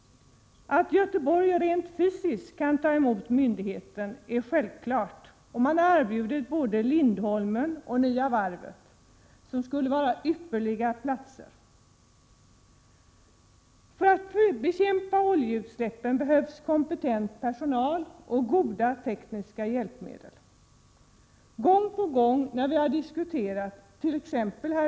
Att Göteborg rent fysiskt kan ta emot myndigheten är självklart, och man har erbjudit både Lindholmen och Nya varvet som skulle vara ypperliga 53 platser att förlägga myndigheten till. För att flygbekämpa oljeutsläppen behövs kompetent personal och goda tekniska hjälpmedel. Gång på gång när vi har diskuterat —t.ex.